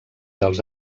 dels